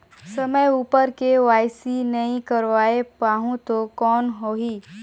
समय उपर के.वाई.सी नइ करवाय पाहुं तो कौन होही?